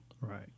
Right